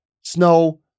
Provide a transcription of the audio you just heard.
Snow